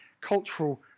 cultural